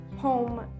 Home